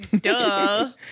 duh